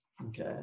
Okay